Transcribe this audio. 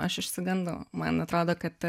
aš išsigandau man atrodo kad